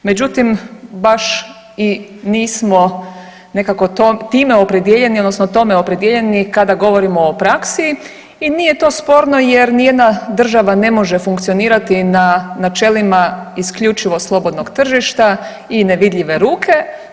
Međutim, baš i nismo nekako time opredijeljeni odnosno tome opredijeljeni kada govorimo o praksi i nije to sporno jer ni jedna država ne može funkcionirati na načelima isključivo slobodnog tržišta i nevidljive ruke.